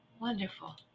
Wonderful